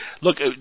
Look